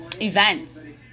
events